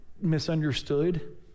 misunderstood